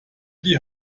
die